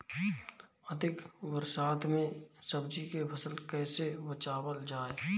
अधिक बरसात में सब्जी के फसल कैसे बचावल जाय?